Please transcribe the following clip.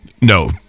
No